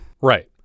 Right